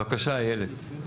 בבקשה, איילת.